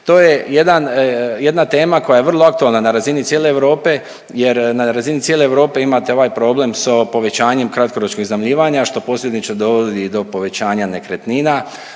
je jedan, jedna tema koja je vrlo aktualna na razini cijele Europe jer na razini cijele Europe imate ovaj problem sa povećanjem kratkoročnog iznajmljivanja, što posljedično dovodi do povećanja nekretnina,